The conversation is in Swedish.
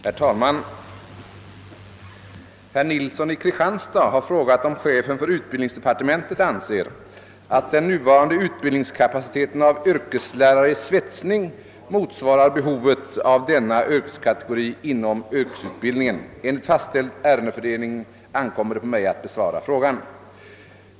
Herr talman! Herr Nilsson i Kristianstad har frågat om chefen för utbildningsdepartementet anser att den nuvarande utbildningskapaciteten av yr keslärare i svetsning motsvarar behovet av denna yrkeskategori inom yrkesutbildningen. Enligt fastställd ärendefördelning ankommer det på mig att besvara frågan.